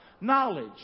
Knowledge